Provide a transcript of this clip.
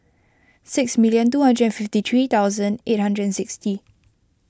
six million two hundred and fifty three thousand eight hundred and sixty